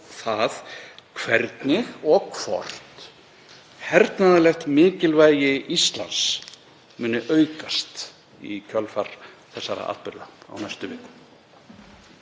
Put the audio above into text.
það hvernig og hvort hernaðarlegt mikilvægi Íslands muni aukast í kjölfar þessara atburða á næstu vikum.